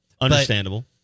understandable